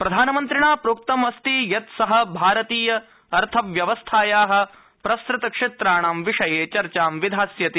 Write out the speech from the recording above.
प्रधानमन्त्रिणा प्रोक्तमस्ति यत् स भारतीय अर्थव्यवस्थाया प्रसुतक्षेत्राणां विषये चर्चां विधास्यति